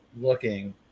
looking